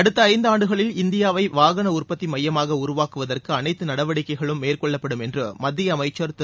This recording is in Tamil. அடுத்த இஐந்தாண்டுகளில் இந்தியாவை வாகன உற்பத்தி மையமாக உருவாக்குவதற்கு அனைத்து நடவடிக்கைகளும் மேற்கொள்ளப்படும் என்று மத்திய அமைச்சர் திரு